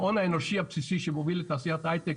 ההון האנושי הבסיסי שמוביל לתעשיית היי-טק